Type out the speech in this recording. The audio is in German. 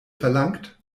verlangt